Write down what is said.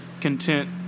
content